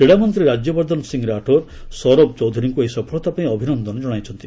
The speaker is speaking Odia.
କ୍ରୀଡ଼ାମନ୍ତ୍ରୀ ରାଜ୍ୟ ବର୍ଦ୍ଧ ସିଂହ ରାଠୋର ସୌରଭ ଚୌଧୁରୀଙ୍କୁ ଏହି ସଫଳତା ପାଇଁ ଅଭିନନ୍ଦନ ଜଣାଇଛନ୍ତି